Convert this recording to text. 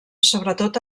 sobretot